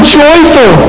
joyful